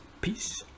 peace